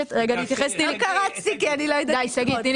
לא קרצתי כי אני לא יודעת לקרוץ, אבל בסדר.